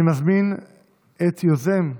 אני מזמין את יוזם היום,